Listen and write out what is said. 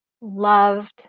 loved